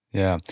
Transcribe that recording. yeah,